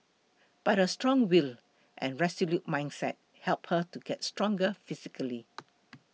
but a strong will and resolute mindset helped her to get stronger physically